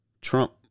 Trump